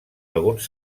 alguns